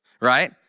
right